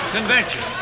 Convention